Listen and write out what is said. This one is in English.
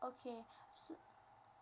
okay